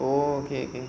okay okay